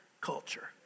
culture